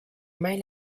mai